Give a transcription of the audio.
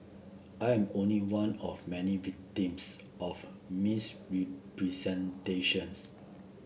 I am only one of many victims of misrepresentations